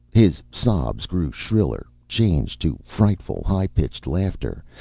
his sobs grew shriller, changed to frightful, high-pitched laughter,